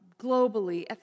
globally